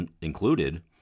included